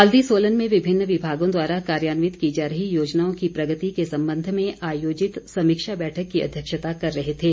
बाल्दी सोलन में विभिन्न विभागों द्वारा कार्यान्वित की जा रही योजनाओं की प्रगति के संबंध में आयोजित समीक्षा बैठक की अध्यक्षता कर रहे थे